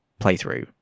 playthrough